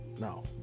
no